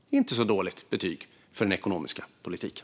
Det är inte ett så dåligt betyg för den ekonomiska politiken.